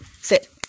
sit